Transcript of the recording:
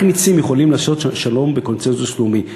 רק נצים יכולים לעשות שלום בקונסנזוס לאומי.